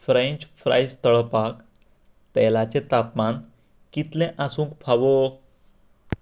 French fries तळपाक तेलाचें तापमान कितलें आसूंक फावो